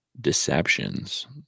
deceptions